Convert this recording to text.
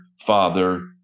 father